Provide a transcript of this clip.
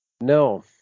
No